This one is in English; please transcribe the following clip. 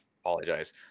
apologize